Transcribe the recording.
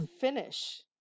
finish